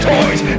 Toys